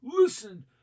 Listen